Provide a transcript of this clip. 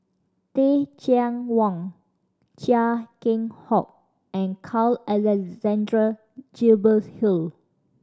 Teh Cheang Wan Chia Keng Hock and Carl Alexander Hill